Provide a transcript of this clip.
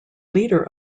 leader